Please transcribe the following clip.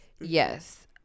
yes